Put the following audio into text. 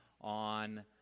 on